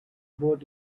boat